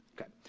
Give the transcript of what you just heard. Okay